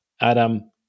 Adam